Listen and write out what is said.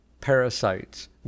parasites